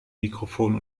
mikrofon